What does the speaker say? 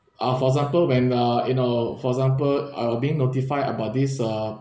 uh for example when ah you know for example I were being notified about this uh